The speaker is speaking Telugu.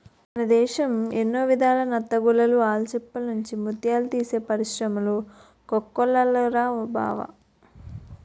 మన దేశం ఎన్నో విధాల నత్తగుల్లలు, ఆల్చిప్పల నుండి ముత్యాలు తీసే పరిశ్రములు కోకొల్లలురా బావా